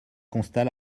constat